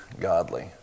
godly